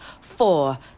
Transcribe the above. four